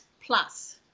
plus